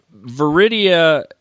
Viridia